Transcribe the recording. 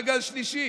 בא גל שלישי.